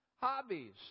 hobbies